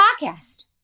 podcast